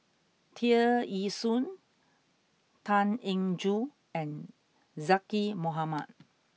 Tear Ee Soon Tan Eng Joo and Zaqy Mohamad